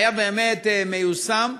היה באמת מיושם,